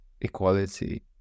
equality